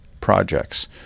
projects